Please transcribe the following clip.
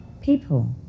people